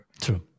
True